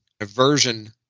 aversion